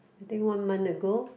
I think one month ago